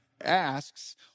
asks